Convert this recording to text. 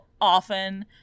often